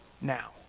now